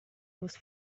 was